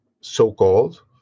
so-called